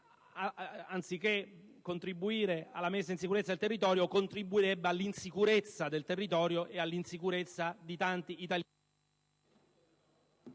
anziché contribuire alla messa in sicurezza del territorio contribuirebbe all'insicurezza del territorio e di tanti italiani.